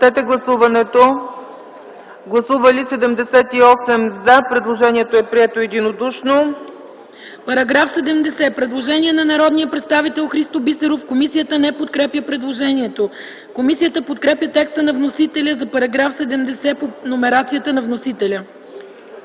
ФИДОСОВА: Предложение от народния представител Христо Бисеров за § 70. Комисията не подкрепя предложението. Комисията подкрепя текста на вносителя за § 70 по номерацията на вносителя.